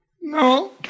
No